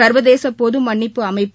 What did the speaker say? ச்வதேச பொது மன்னிப்பு அமைப்பு